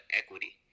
equity